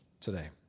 today